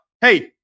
Hey